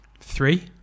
three